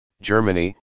Germany